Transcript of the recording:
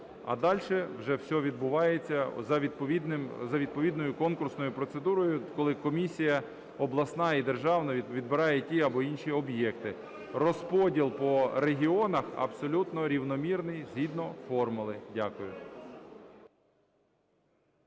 А дальше вже все відбувається за відповідною конкурсною процедурою, коли комісія обласна і державна відбирає ті або інші об'єкти. Розподіл по регіонах абсолютно рівномірний згідно формули. Дякую.